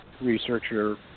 researcher